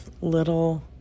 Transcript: little